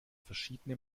verschiedene